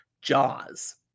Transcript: Jaws